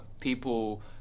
people